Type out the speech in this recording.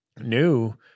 New